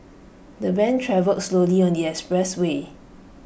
the van travelled slowly on the expressway